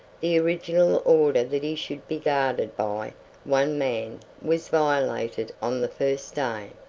the original order that he should be guarded by one man was violated on the first day.